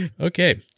Okay